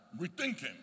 rethinking